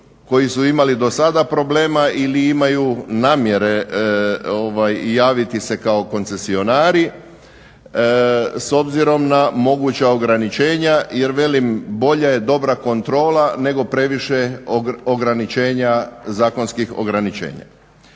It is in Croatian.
koji su imali do sada problema ili imaju namjere javiti se kao koncesionari. S obzirom na moguća ograničenja, jer velim bolja je dobra kontrola nego previše zakonskih ograničenja.